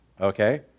okay